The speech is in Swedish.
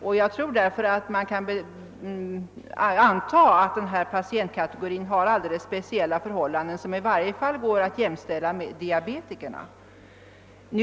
Man kan därför anta att denna patientkategori har speciella förhållanden som i varje fall kan jämställas med diabetikernas.